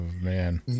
man